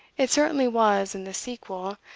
it certainly was, in the sequel,